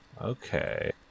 Okay